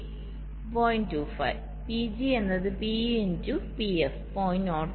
25 PG എന്നത് PE in ടുPF 0